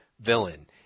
villain